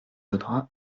donnera